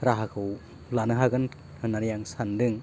राहाखौ लानो हागोन होन्नानै आं सानदों